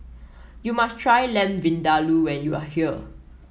you must try Lamb Vindaloo when you are here